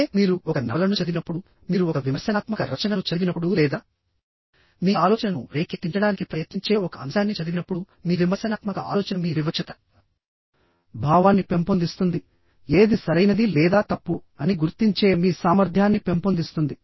అయితే మీరు ఒక నవలను చదివినప్పుడు మీరు ఒక విమర్శనాత్మక రచనను చదివినప్పుడు లేదా మీ ఆలోచనను రేకెత్తించడానికి ప్రయత్నించే ఒక అంశాన్ని చదివినప్పుడుమీ విమర్శనాత్మక ఆలోచన మీ వివక్షత భావాన్ని పెంపొందిస్తుందిఏది సరైనది లేదా తప్పు అని గుర్తించే మీ సామర్థ్యాన్ని పెంపొందిస్తుంది